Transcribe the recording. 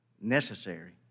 necessary